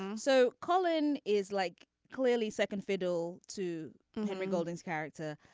and so colin is like clearly second fiddle to henry golden's character.